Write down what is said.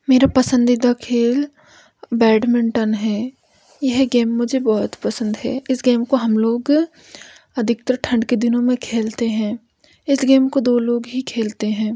मेरा पसंदीदा खेल बैडमिंटन है यह गेम मुझे बहुत पसंद है इस गेम को हम लोग अधिकतर ठंड के दिनों में खेलते हैं इस गेम को दो लोग ही खेलते हैं